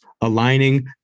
aligning